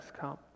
come